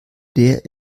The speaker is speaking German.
der